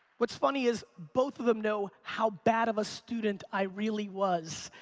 what's funny is both of them know how bad of a student i really was.